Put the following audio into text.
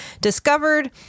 discovered